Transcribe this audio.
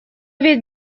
ведь